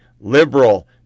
liberal